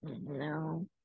No